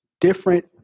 different